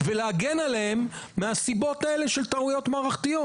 ולהגן עליהם מסיבות של טעויות מערכתיות.